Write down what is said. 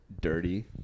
dirty